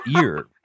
ear